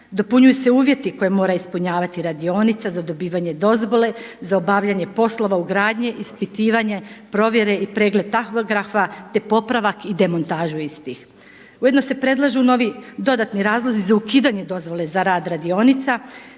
dopunjuju se uvjeti koje mora ispunjavati radionica za dobivanje dozvole, za obavljanje poslova ugradnje, ispitivanje, provjere i pregled tahografa te popravak i demontažu istih. Ujedno se predlažu novi, dodatni razlozi za ukidanje dozvole za rad radionica